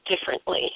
differently